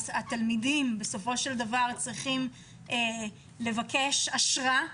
התלמידים צריכים לבקש אשרה,